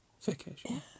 vacation